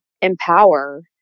empower